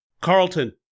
Carlton